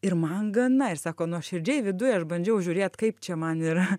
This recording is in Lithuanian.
ir man gana ir sako nuoširdžiai viduj aš bandžiau žiūrėt kaip čia man yra